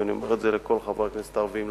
ואני אומר את זה לכל חברי הכנסת הערבים,